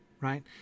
right